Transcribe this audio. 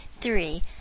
Three